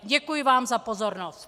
Děkuji vám za pozornost.